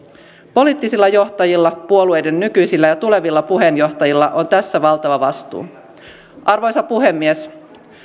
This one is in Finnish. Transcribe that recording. poliittisilla johtajilla puolueiden nykyisillä ja tulevilla puheenjohtajilla on tässä valtava vastuu arvoisa puhemies